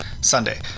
sunday